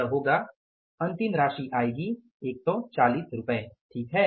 यह होगा अंतिम राशि आएगी 140 ठीक है